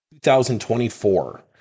2024